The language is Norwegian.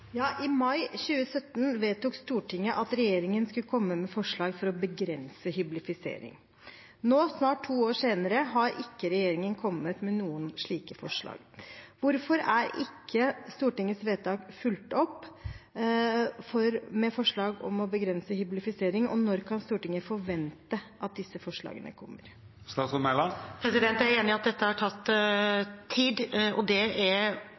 I mai 2017 vedtok Stortinget at regjeringen skulle komme med forslag for å begrense hyblifisering. Nå, snart to år senere, har ikke regjeringen kommet med noen slike forslag. Hvorfor er ikke Stortingets vedtak fulgt opp med forslag om å begrense hyblifisering, og når kan Stortinget forvente at disse forslagene kommer? Jeg er enig i at dette har tatt tid. Det er både fordi vi har mye å gjøre, og fordi det